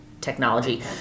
technology